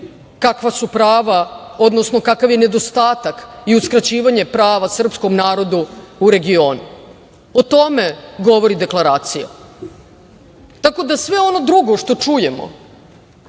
kakva su prava, odnosno kakav je nedostatak i uskraćivanje prava srpskom narodu u regionu. O tome govori deklaracija. Tako da sve ono drugo što čujemo